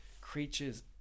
creatures